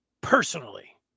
personally